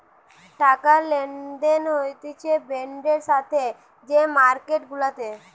টাকা লেনদেন হতিছে বন্ডের সাথে যে মার্কেট গুলাতে